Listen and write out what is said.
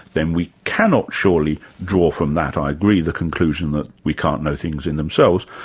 then we cannot surely draw from that, i agree, the conclusion that we cannot know things in themselves,